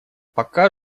пока